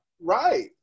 Right